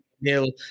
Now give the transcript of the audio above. Nil